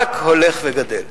רק הולך וגדל.